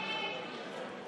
קבוצת סיעת יהדות